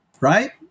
right